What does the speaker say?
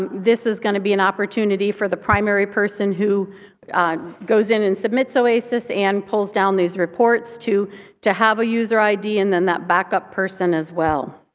um this is going to be an opportunity for the primary person who goes in and submits oasis and pulls down these reports to to have a user id and then that back-up person as well.